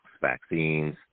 vaccines